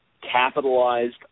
capitalized